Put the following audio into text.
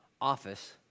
office